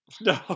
No